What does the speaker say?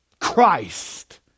Christ